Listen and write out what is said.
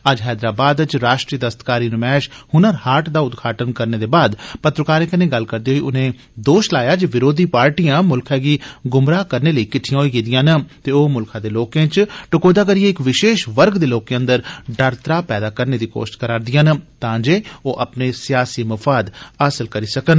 अज्ज हैदराबाद च राष्ट्रीय दस्तकारी नमैश हुनर हाट दा उद्घाटन करने दे बाद पत्रकारे कन्नै गल्ल करदे उने दोष लाया विरोधी पार्टियां मुल्खै गी गुमराह करने लेई किटिठयां होई गेदियां न ते ओह् मुल्खै दे लोकें च टकोह्दा करिए इक विशेष वर्ग दे लोकें अंदर डर त्राह पैदा करने दी कोश्त करा रदियां न तां जे ओह् अपने सियासी मफाद हासल करी सकन